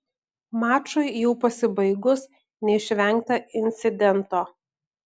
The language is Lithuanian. mačui jau pasibaigus neišvengta incidento